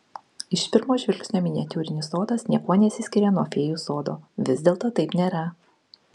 iš pirmo žvilgsnio miniatiūrinis sodas niekuo nesiskiria nuo fėjų sodo vis dėlto taip nėra